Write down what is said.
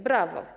Brawo!